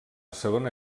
segona